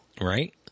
Right